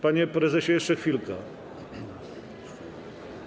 Panie prezesie, jeszcze chwilka.